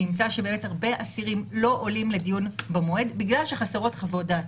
נמצא שבאמת הרבה אסירים לא עולים לדיון במועד בגלל שחסרות חוות דעת.